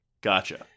Gotcha